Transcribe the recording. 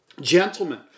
Gentlemen